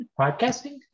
Podcasting